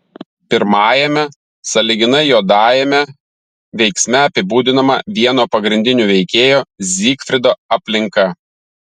pirmajame sąlyginai juodajame veiksme apibūdinama vieno pagrindinių veikėjų zygfrido aplinka